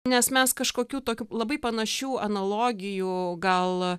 nes mes kažkokių tokių labai panašių analogijų gal